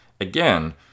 again